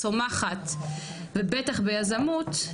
צומחת ובטח ביזמות,